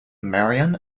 marion